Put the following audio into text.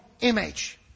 image